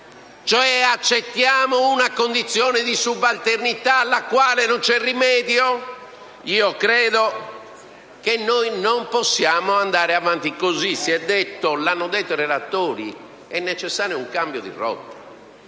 Accettiamo così una condizione di subalternità, alla quale non c'è rimedio. Credo che noi non possiamo andare avanti così. Come hanno detto i relatori, è necessario un cambio di rotta.